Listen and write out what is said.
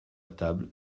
table